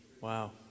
Wow